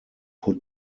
put